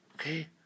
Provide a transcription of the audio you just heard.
okay